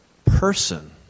person